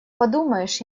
подумаешь